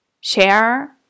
share